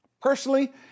Personally